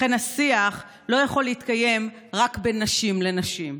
לכן, השיח לא יכול להתקיים רק בין נשים לנשים.